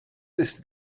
ist